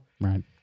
Right